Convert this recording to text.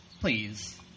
please